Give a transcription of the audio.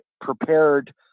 prepared